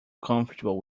comfortable